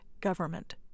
government